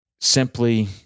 simply